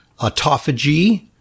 autophagy